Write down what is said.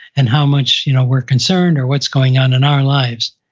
and how much you know we're concerned, or what's going on in our lives.